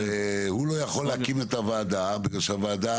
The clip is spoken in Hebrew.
והוא לא יכול להקים את הוועדה בגלל שלא